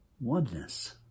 oneness